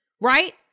right